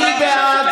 מירי,